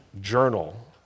journal